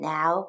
Now